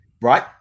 right